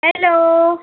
hello